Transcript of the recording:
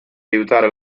aiutare